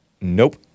Nope